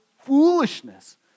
foolishness